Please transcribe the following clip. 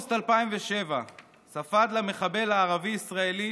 באוגוסט 2007 ספד למחבל הערבי-ישראלי